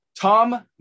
Tom